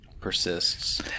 persists